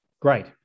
Great